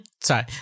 Sorry